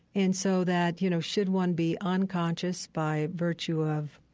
and so that, you know, should one be unconscious by virtue of